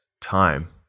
time